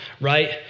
right